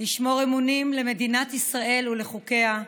לשמור אמונים למדינת ישראל ולחוקיה,